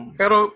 pero